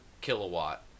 kilowatt